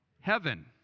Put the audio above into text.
heaven